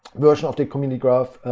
version of the community graph,